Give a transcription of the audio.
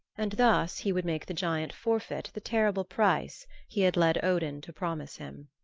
and thus he would make the giant forfeit the terrible price he had led odin to promise him.